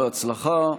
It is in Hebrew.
בהצלחה.